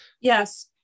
Yes